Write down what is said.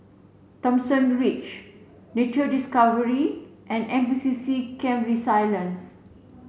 Thomson Ridge Nature Discovery and N P C C Camp Resilience